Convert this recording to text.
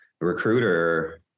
recruiter